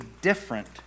different